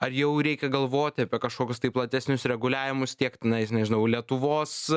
ar jau reikia galvoti apie kažkokius tai platesnius reguliavimus tiek tenais nežinau lietuvos